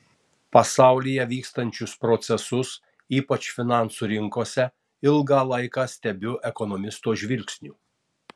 pasaulyje vykstančius procesus ypač finansų rinkose ilgą laiką stebiu ekonomisto žvilgsniu